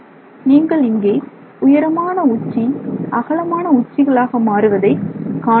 நீங்கள் இங்கே உயரமான உச்சி அகலமான உச்சிகளாக மாறுவதை காணமுடியும்